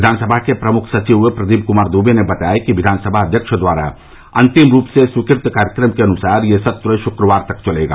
विधानसभा के प्रमुख सचिव प्रदीप कुमार दुबे ने बताया कि विधानसभा अध्यक्ष द्वारा अंतिम रूप से स्वीकृत कार्यक्रम के अनुसार यह सत्र शुक्रवार तक चलेगा